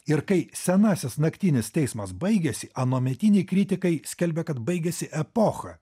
ir kai senasis naktinis teismas baigėsi anuometiniai kritikai skelbė kad baigėsi epocha